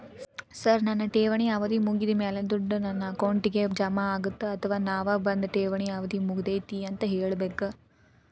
Sir ನನ್ನ ಠೇವಣಿ ಅವಧಿ ಮುಗಿದಮೇಲೆ, ದುಡ್ಡು ನನ್ನ ಅಕೌಂಟ್ಗೆ ಜಮಾ ಆಗುತ್ತ ಅಥವಾ ನಾವ್ ಬಂದು ಠೇವಣಿ ಅವಧಿ ಮುಗದೈತಿ ಅಂತ ಹೇಳಬೇಕ?